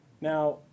Now